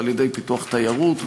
ועל-ידי פיתוח תיירות,